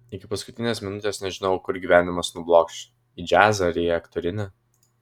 iki paskutinės minutės nežinojau kur gyvenimas nublokš į džiazą ar į aktorinį